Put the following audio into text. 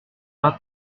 vingt